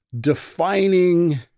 defining